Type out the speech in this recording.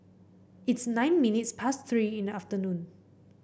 its nine minutes past Three in the afternoon